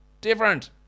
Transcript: Different